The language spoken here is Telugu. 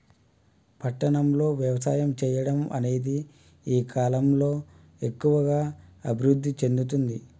పట్టణం లో వ్యవసాయం చెయ్యడం అనేది ఈ కలం లో ఎక్కువుగా అభివృద్ధి చెందుతుంది